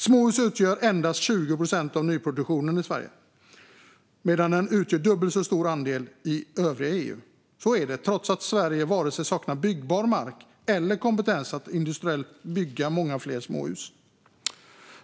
Småhus utgör endast 20 procent av nyproduktionen i Sverige, medan de utgör en dubbelt så stor andel i övriga EU. Så är det trots att Sverige varken saknar byggbar mark eller kompetens att industriellt bygga många fler småhus.